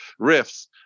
riffs